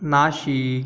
Nashik